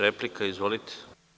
Replika, izvolite.